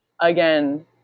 again